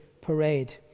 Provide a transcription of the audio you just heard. parade